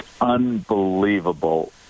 unbelievable